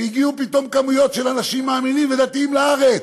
והגיעו פתאום כמויות של אנשים מאמינים ודתיים לארץ,